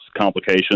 complications